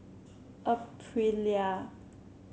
Aprilia